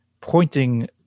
pointing